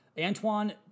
Antoine